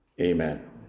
Amen